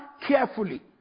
carefully